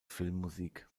filmmusik